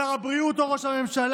שר הבריאות או ראש הממשלה.